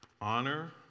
honor